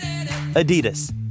Adidas